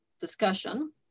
discussion